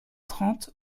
trente